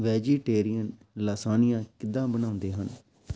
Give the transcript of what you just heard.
vegetarian lasagna ਕਿੱਦਾਂ ਬਣਾਉਂਦੇ ਹਨ